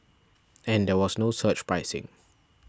and there was no surge pricing